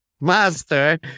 master